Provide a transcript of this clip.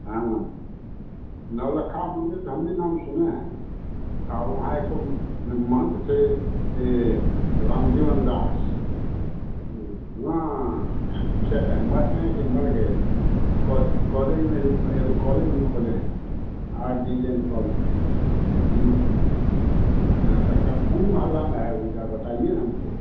हाँ नौलक्खा मंदिर तो हम भी नाम सुने हैं और वहाँ एक ठो महंत थे यह राम जीवन दास वहाँ कि मर गये कॉलेज में भी एगो कॉलेज भी खोले हैं आर डी जन कॉलेज जी हाँ तो कौन महल्ला में है वह ज़रा बताइए ना हमको